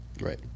right